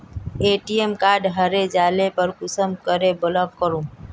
ATM card हरे जाले पर कुंसम के ब्लॉक करूम?